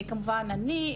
כמובן אני,